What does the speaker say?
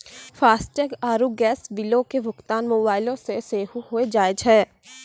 FASTag आरु gas बिलो के भुगतान मोबाइलो से सेहो होय जाय छै